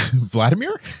Vladimir